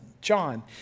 John